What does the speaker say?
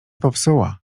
popsuła